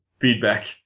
feedback